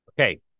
Okay